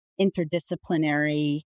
interdisciplinary